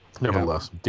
nevertheless